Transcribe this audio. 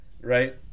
right